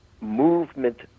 movement